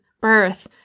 birth